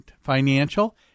Financial